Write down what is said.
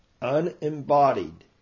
unembodied